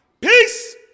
Peace